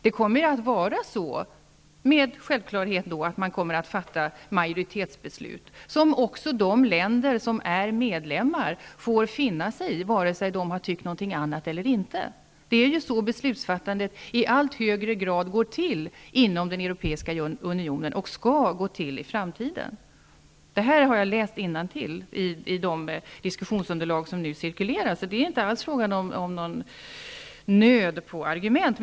Man kommer självfallet att fatta majoritetsbeslut, som de länder som är medlemmar får finna sig i vare sig de har tyckt något annat eller inte. Det är så beslutsfattandet i allt högre grad går till och skall gå till i framtiden inom den europeiska unionen. Det här har jag läst innantill i de diskussionsunderlag som cirkulerar. Det är inte alls fråga om någon nöd på argument.